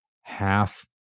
half